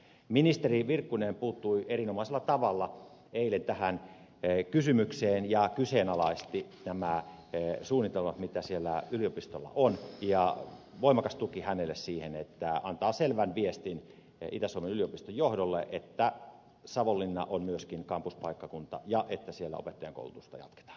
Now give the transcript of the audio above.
ministeri virkkunen puuttui erinomaisella tavalla eilen tähän kysymykseen ja kyseenalaisti nämä suunnitelmat mitä siellä yliopistolla on ja voimakas tuki hänelle siihen että antaa selvän viestin itä suomen yliopiston johdolle että savonlinna on myöskin kampuspaikkakunta ja että siellä opettajankoulutusta jatketaan